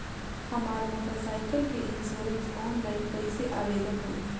हमार motorcycle के insurance online कईसे आवेदन होई?